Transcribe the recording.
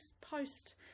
post